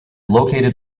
located